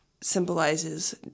symbolizes